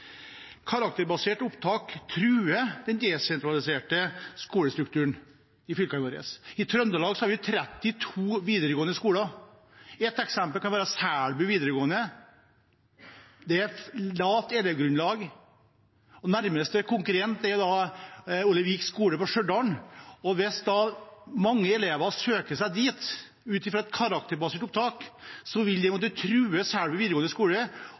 Karakterbasert opptak truer den desentraliserte skolestrukturen i fylkene våre. I Trøndelag har vi 32 videregående skoler. Et eksempel kan være Selbu videregående skole. Der er det lavt elevgrunnlag. Nærmeste konkurrent er Ole Vig videregående skole i Stjørdal, og hvis mange elever søker seg dit ut fra et karakterbasert opptak, vil det true Selbu videregående skole.